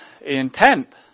intent